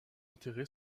enterré